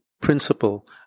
principle